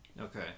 Okay